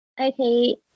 Okay